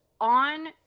on